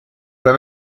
beim